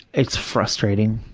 it's frustrating.